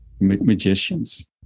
magicians